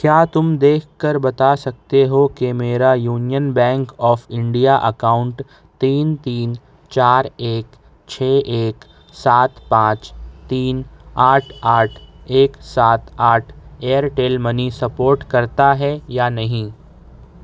کیا تم دیکھ کر بتا سکتے ہو کہ میرا Union Bank of India account تین تین چار ایک چھ ایک سات پانچ تین آٹھ آٹھ ایک سات آٹھ ایئرٹیل منی سپورٹ کرتا ہے یا نہیں